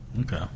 Okay